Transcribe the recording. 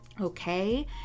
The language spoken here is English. okay